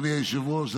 אדוני היושב-ראש,